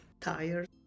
tired